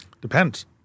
Depends